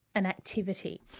an activity.